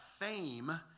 fame